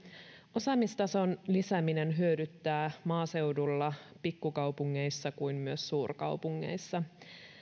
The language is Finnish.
osaamistason lisääminen hyödyttää niin maaseudulla pikkukaupungeissa kuin myös suurkaupungeissa